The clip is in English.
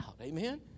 Amen